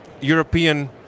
European